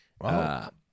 Wow